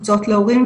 קבוצות להורים,